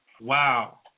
Wow